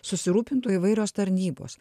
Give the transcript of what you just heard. susirūpintų įvairios tarnybos